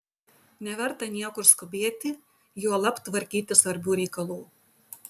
neverta niekur skubėti juolab tvarkyti svarbių reikalų